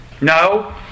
No